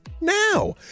now